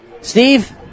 Steve